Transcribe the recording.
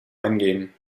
eingehen